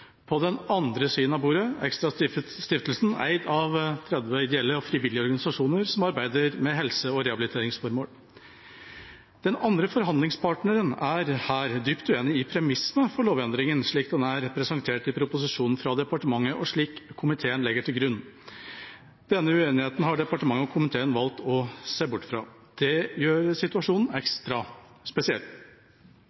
På den andre siden av bordet: ExtraStiftelsen, eid av 30 ideelle og frivillige organisasjoner som arbeider med helse- og rehabiliteringsformål. Den andre forhandlingspartneren er her dypt uenig i premissene for lovendringa, slik den er presentert i proposisjonen fra departementet, og slik komiteen legger til grunn. Denne uenigheten har departementet og komiteen valgt å se bort fra. Det gjør situasjonen ekstra